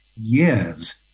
years